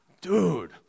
Dude